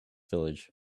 village